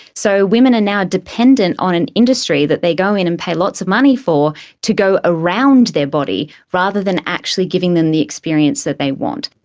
so women are now dependent on an industry that they go in and pay lots of money for to go around their body rather than actually giving them the experience that they want.